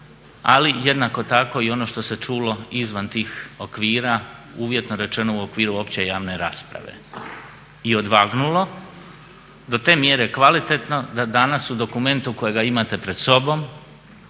ali jednako tako i ono što se čulo izvan tih okvira, uvjetno rečeno u okviru opće javne rasprave i odvagnulo do te mjere kvalitetno da danas u dokumentu kojega imate pred sobom,